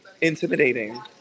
intimidating